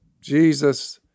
Jesus